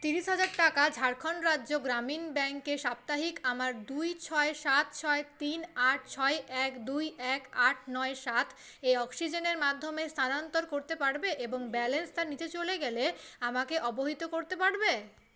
তিরিশ হাজার টাকা ঝাড়খণ্ড রাজ্য গ্রামীণ ব্যাংকে সাপ্তাহিক আমার দুই ছয় সাত ছয় তিন আট ছয় এক দুই এক আট নয় সাতে অক্সিজেনের মাধ্যমে স্থানান্তর করতে পারবে এবং ব্যালেন্স তার নিচে চলে গেলে আমাকে অবহিত করতে পারবে